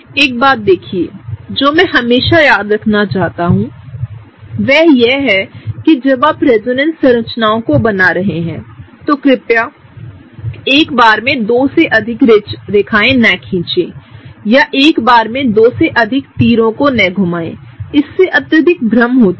एक बात देखिए जो मैं हमेशा याद रखना चाहता हूं वह यह है कि जब आप रेजोनेंस संरचनाओं को बना रहे हैं तो कृपया एक बार में दो से अधिक रेखाएँ न खींचे या एक बार में दो से अधिक तीरों को ने घूमाए इससे अत्यधिक भ्रम होता है